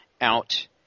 out